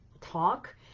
talk